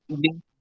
de